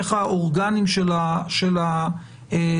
איך האורגנים של התאגיד.